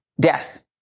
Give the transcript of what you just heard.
death